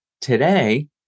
Today